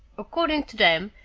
according to them,